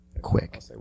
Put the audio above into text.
quick